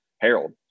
Harold